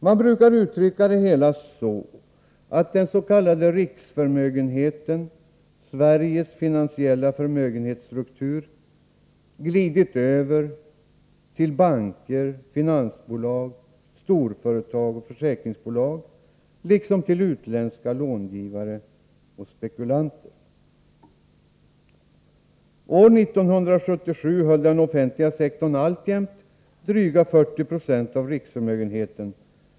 Man brukar uttrycka det hela så att den s.k. riksförmögenheten, Sveriges finansiella förmögenhetsstruktur, glidit över till banker, finansbolag, storföretag och försäkringsbolag liksom till utländska långivare och spekulanter. År 1977 höll den offentliga sektorn alltjämt dryga 40 96 av riksförmögenheten.